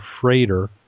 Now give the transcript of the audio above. freighter